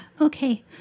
okay